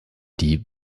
die